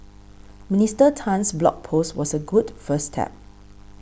Minister Tan's blog post was a good first step